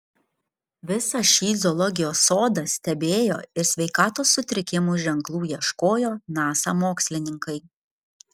visą šį zoologijos sodą stebėjo ir sveikatos sutrikimų ženklų ieškojo nasa mokslininkai